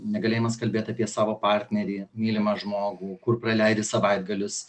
negalėjimas kalbėt apie savo partnerį mylimą žmogų kur praleidi savaitgalius